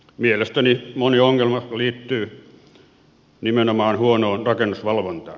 mielestäni moni ongelma liittyy nimenomaan huonoon rakennusvalvontaan